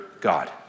God